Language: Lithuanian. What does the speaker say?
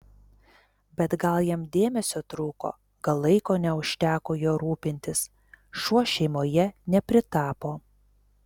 bet gal jam dėmesio trūko gal laiko neužteko juo rūpintis šuo šeimoje nepritapo